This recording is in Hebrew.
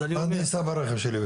אז אסע ברכב שלי.